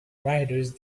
riders